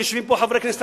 הנה,